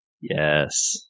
Yes